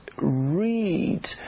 read